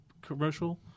commercial